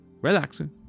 relaxing